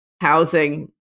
housing